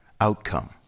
outcome